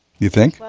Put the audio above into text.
you think?